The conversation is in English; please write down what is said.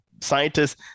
Scientists